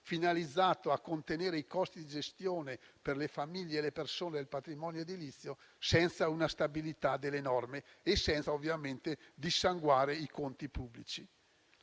finalizzato a contenere i costi di gestione per le famiglie e le persone, senza una stabilità delle norme e senza ovviamente dissanguare i conti pubblici.